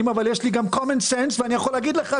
כי בהם יש גם אליפויות נוער ואף אחד לא התכוון לפתוח,